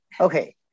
Okay